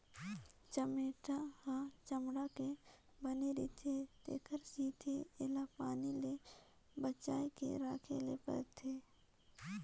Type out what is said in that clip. चमेटा ह चमड़ा के बने रिथे तेखर सेती एला पानी ले बचाए के राखे ले परथे